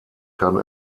kann